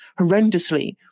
horrendously